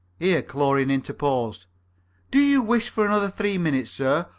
here chlorine interposed do you wish for another three minutes, sir,